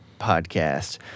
podcast